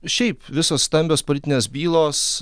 šiaip visos stambios politinės bylos